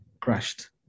crashed